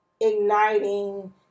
igniting